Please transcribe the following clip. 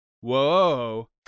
Whoa